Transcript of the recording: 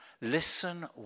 listen